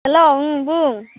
हेल' ओं बुं